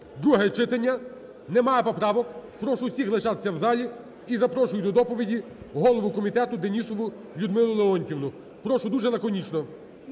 (друге читання) немає поправок. Прошу всім лишатися в залі. І запрошую до доповіді голову комітету Денісову Людмилу Леонтіївну. Прошу дуже лаконічно.